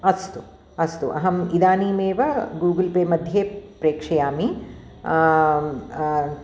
अस्तु अस्तु अहम् इदानीम् एव गूगल् पे मध्ये प्रेषयामि